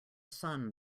sun